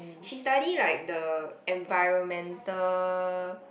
she study like the environmental